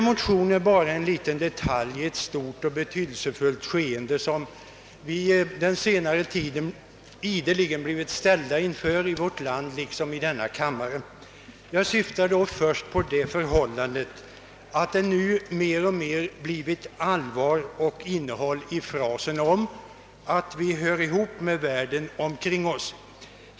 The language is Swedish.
Motionerna är bara en liten detalj i ett stort och avgörande skeende, inför vilket vi på senare tid gång efter annan blivit ställda i vårt land och även här i kammaren. Jag syftar främst på det förhållandet, att det nu mer och mer blivit allvar och innehåll i frasen om att vi hör samman med världen omkring oss.